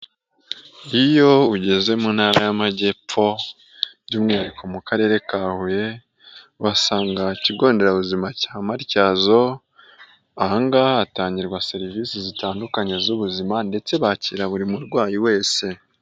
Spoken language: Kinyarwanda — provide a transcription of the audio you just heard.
Iyo ugeze mu ntara y'amajyepfo by'umwihariko mu karere ka Huye, uhasanga ikigo nderabuzima cya Matyazo, ahangaha hatangirwa serivisi zitandukanye z'ubuzima ndetse bakira buri murwayi wese.